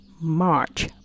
March